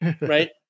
right